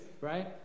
right